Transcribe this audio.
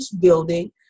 building